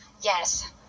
yes